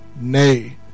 nay